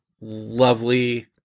lovely